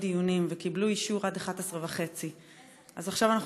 דיונים וקיבלו אישור עד 11:30. אז עכשיו אנחנו